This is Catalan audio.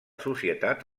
societat